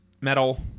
Metal